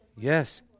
Yes